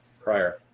prior